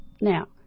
Now